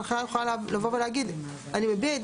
ההנחיה יכולה לבוא ולהגיד אני מביע את